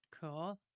cool